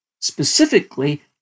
Specifically